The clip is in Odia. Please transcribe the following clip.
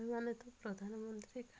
ଏମାନେ ତ ପ୍ରଧାନମନ୍ତ୍ରୀ